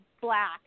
black